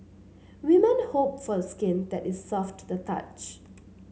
women hope for skin that is soft to the touch